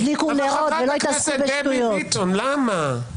הדליקו נרות ולא התעסקו בשטויות.